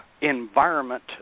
environment